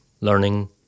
learning